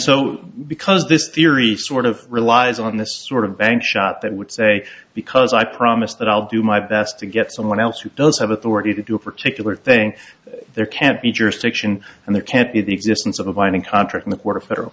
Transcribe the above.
so because this theory sort of relies on this sort of bank shot that would say because i promised that i'll do my best to get someone else who does have authority to do a particular thing there can't be jurisdiction and there can't be the existence of a binding contract in the court of federal